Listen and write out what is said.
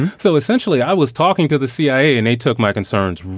so essentially, i was talking to the cia and they took my concerns,